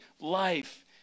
life